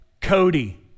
Cody